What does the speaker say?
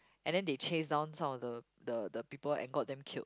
and then they chase down some of the the the people and got them killed